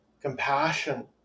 compassion